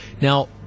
Now